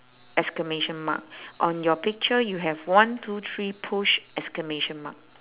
exclamation mark on your picture you have one two three push exclamation mark